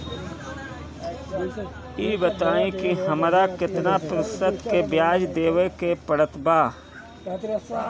ई बताई की हमरा केतना प्रतिशत के ब्याज देवे के पड़त बा?